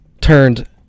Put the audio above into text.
turned